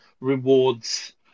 rewards